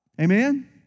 Amen